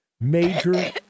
Major